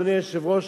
אדוני היושב-ראש,